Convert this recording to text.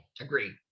Agreed